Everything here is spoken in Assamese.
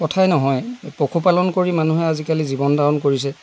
কথাই নহয় পশুপালন কৰি মানুহে আজিকালি জীৱন ধাৰণ কৰিছে